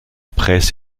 presse